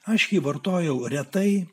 aš jį vartojau retai